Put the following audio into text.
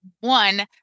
one